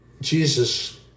Jesus